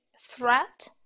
threat